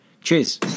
cheers